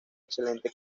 excelente